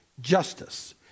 justice